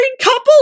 couple